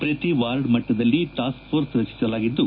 ಪ್ರತಿ ವಾರ್ಡ್ ಮಟ್ಟದಲ್ಲಿ task force ರಚಿಸಲಾಗಿದ್ದು